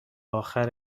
آخر